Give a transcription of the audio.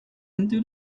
into